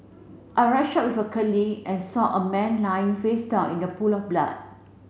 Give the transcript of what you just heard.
I rushed out with a colleague and saw a man lying face down in the pool of blood